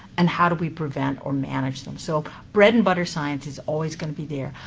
and how do we prevent or manage them? so bread-and-butter science is always going to be there.